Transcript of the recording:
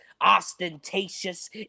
ostentatious